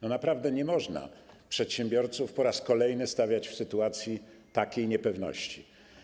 Naprawdę nie można przedsiębiorców po raz kolejny stawiać w sytuacji takiej niepewności.